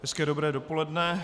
Hezké dobré dopoledne.